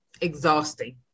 exhausting